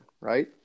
right